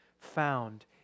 found